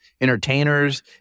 entertainers